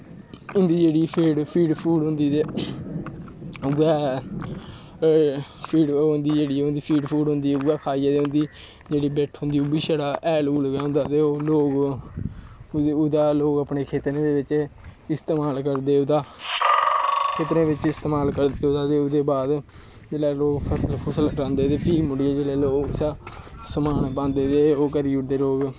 इं'दी जेह्ड़ी feed food होंदी ते उ'ऐ इं'दी फीड फूड होंदी उ'ऐ खाइयै ते इं'दी जेह्ड़ी बिट्ठ बुट्ठ होंदी ओह् बी हैल हूल गै होंदा ते लोग ओह्दा लोग अपने खेतरें दे बिच्च इस्तेमाल करदे ओह्दा खेतरें बिच्च इस्तेमाल करदे ऐं ते ओह्दे बाद जिसलै लोक फसल फूसल लांदे ते ओह्दे बाद उस दा समान पांदे ते ओह् करी ओड़दे लोक